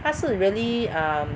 它是 really um